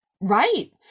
Right